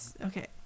okay